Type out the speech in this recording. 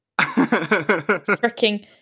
freaking